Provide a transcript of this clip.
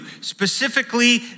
specifically